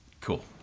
cool